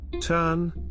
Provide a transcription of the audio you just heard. Turn